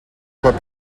fois